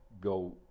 go